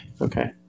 Okay